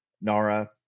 NARA